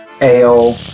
ale